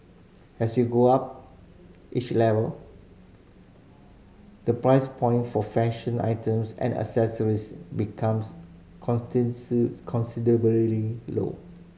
as you go up each level the price point for fashion items and accessories becomes considerably low